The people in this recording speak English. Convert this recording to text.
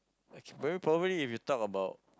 well probably if you talk about